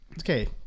okay